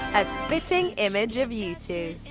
a spitting image of you two.